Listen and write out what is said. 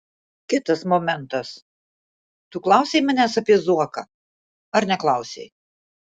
kitas momentas tu klausei manęs apie zuoką ar neklausei